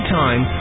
time